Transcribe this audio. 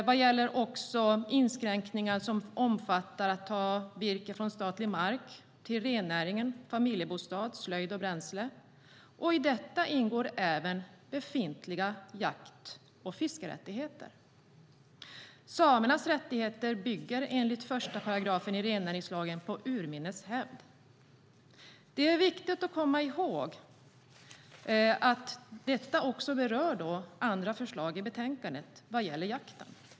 Man vill också ha inskränkningar i de rättigheter som omfattar att ta virke från statlig mark till rennäring, familjebostad, slöjd och bränsle. I detta ingår även befintliga jakt och fiskerättigheter. Samernas rättigheter bygger enligt 1 § rennäringslagen på urminnes hävd. Det är viktigt att komma ihåg att detta också berör andra förslag i betänkandet vad gäller jakten.